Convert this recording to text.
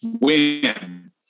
win